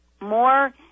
more